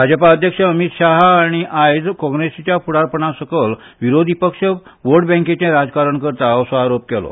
भाजपा अध्यक्ष अमित शाह हांणी आयज काँग्रेसीच्या फुडारपणा खाला विरोधी पक्ष वोट बँकेचें राजकारण करता असो आरोप केलो